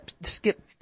skip